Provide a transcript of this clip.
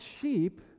sheep